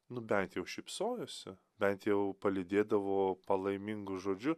nu bent jau šypsojosi bent jau palydėdavo palaimingu žodžiu